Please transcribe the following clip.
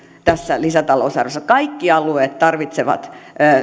tässä lisätalousarviossa kaikki alueet tarvitsevat